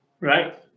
Right